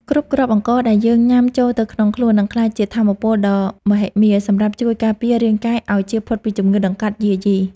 គ្រប់គ្រាប់អង្ករដែលយើងញ៉ាំចូលទៅក្នុងខ្លួននឹងក្លាយជាថាមពលដ៏មហិមាសម្រាប់ជួយការពាររាងកាយឱ្យជៀសផុតពីជំងឺតម្កាត់យាយី។